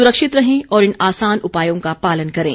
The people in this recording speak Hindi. सुरक्षित रहें और इन आसान उपायों का पालन करें